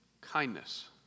kindness